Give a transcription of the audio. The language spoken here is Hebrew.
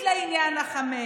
אני עברתי עליה.